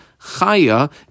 Chaya